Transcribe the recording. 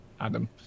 Adam